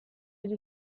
gli